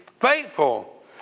faithful